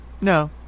No